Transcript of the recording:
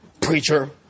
Preacher